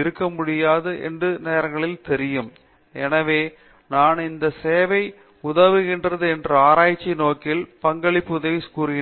இருக்க முடியாது என்று கூட சில நேரங்களில் தெரியும் மற்றும் நான் இந்த சேவை உதவுகிறது என்று ஆராய்ச்சி நோக்கில் பங்களிப்பு உதவி என்று கூறுவேன்